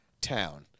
town